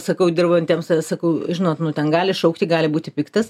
sakau dirbantiems sakau žinot nu ten gali šaukti gali būti piktas